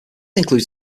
includes